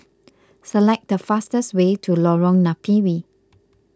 select the fastest way to Lorong Napiri